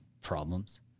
problems